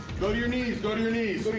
go to your knees, go to your knees.